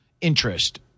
interest